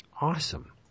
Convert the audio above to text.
Awesome